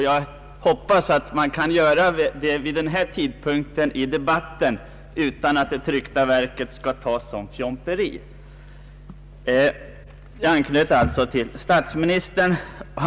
Jag hoppas man kan göra det vid denna tidpunkt i debatten, utan att det tryckta verket skall uppfattas som ”fjomperi”. Jag anknyter alltså till statsministerns anförande.